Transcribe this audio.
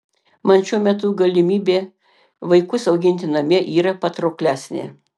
man šiuo metu galimybė vaikus auginti namie yra patrauklesnė